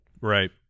right